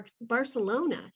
Barcelona